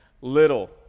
Little